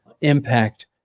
impact